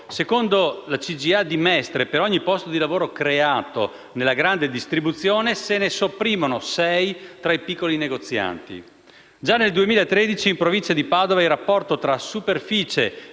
secondo la CGIA di Mestre, per ogni posto di lavoro creato nella grande distribuzione se ne sopprimono sei tra i piccoli negozianti. Già nel 2013 in provincia di Padova il rapporto tra superficie